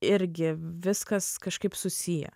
irgi viskas kažkaip susiję